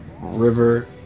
river